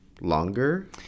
longer